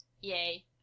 yay